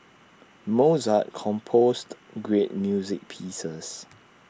Mozart composed great music pieces